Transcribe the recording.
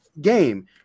game